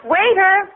Waiter